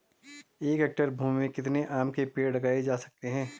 एक हेक्टेयर भूमि में कितने आम के पेड़ लगाए जा सकते हैं?